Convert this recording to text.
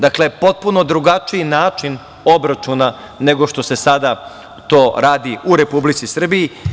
Dakle, potpuno drugačiji način obračuna nego što se sada to radi u Republici Srbiji.